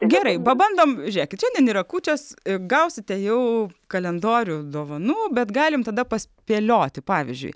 gerai pabandom žiūrėkit šiandien yra kūčios gausite jau kalendorių dovanų bet galim tada pa spėlioti pavyzdžiui